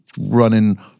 running